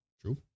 True